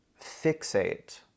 fixate